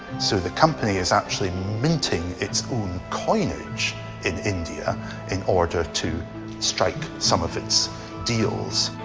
so, the company is actually minting its own coinage in india in order to strike some of its deals.